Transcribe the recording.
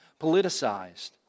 politicized